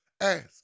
Ask